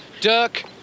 Dirk